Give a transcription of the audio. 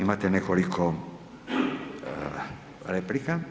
Imate nekoliko replika.